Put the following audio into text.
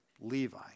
Levi